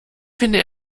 finde